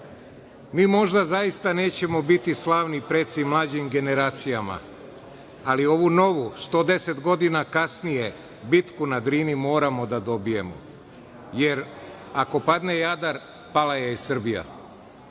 Mi možda zaista nećemo biti slavni preci mlađim generacijama, ali ovu novu, 110 godina kasnije, bitku na Drini moramo da dobijemo, jer ako padne Jadar, pala je i Srbija.